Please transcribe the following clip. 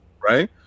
right